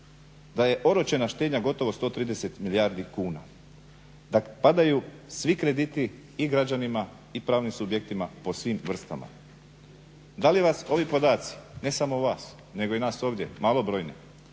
Da je oročena štednja gotovo 130 milijardi kuna. Da padaju svi krediti i građanima i pravnim subjektima po svim vrstama. Da li vas ovi podaci, ne samo vas, nego i nas ovdje malobrojnih,